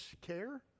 care